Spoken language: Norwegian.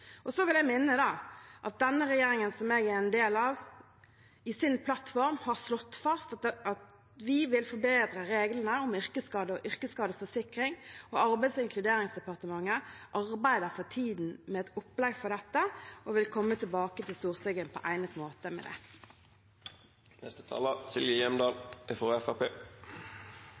Så vil jeg minne om at denne regjeringen, som jeg er en del av, i sin plattform har slått fast at vi vil forbedre reglene om yrkesskade og yrkesskadeforsikring. Arbeids- og inkluderingsdepartementet arbeider for tiden med et opplegg for dette og vil komme tilbake til Stortinget på egnet måte med det. Jeg er veldig glad for at interpellanten har løftet denne saken, for dette er